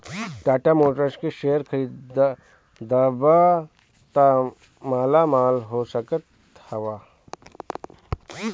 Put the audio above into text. टाटा मोटर्स के शेयर खरीदबअ त मालामाल हो सकत हवअ